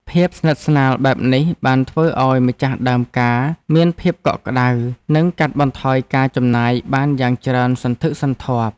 ភាពស្និទ្ធស្នាលបែបនេះបានធ្វើឱ្យម្ចាស់ដើមការមានភាពកក់ក្តៅ និងកាត់បន្ថយការចំណាយបានយ៉ាងច្រើនសន្ធឹកសន្ធាប់។